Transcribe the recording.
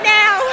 now